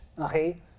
Okay